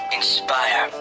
inspire